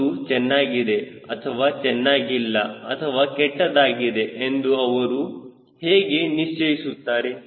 ಅದು ಚೆನ್ನಾಗಿದೆ ಅಥವಾ ಚೆನ್ನಾಗಿಲ್ಲ ಅಥವಾ ಕೆಟ್ಟದಾಗಿದೆ ಎಂದು ಅವರು ಹೇಗೆ ನಿಶ್ಚಯಿಸುತ್ತಾರೆ